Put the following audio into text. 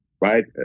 right